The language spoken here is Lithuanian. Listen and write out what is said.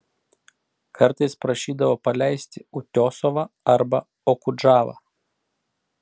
kartais prašydavo paleisti utiosovą arba okudžavą